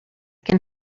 can